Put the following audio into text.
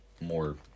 more